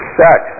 sex